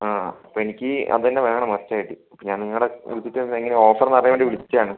അ അപ്പോൾ എനിക്ക് അത് തന്നെ വേണം മസ്റ്റായിട്ട് അപ്പോൾ ഞാൻ നിങ്ങളുടെ വിളിച്ചിട്ട് എങ്ങനെ ഓഫർ എന്ന് അറിയാൻ വേണ്ടി വിളിച്ചതാണ്